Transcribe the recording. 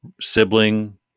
sibling